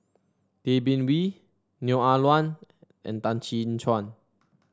Tay Bin Wee Neo Ah Luan and Tan Chin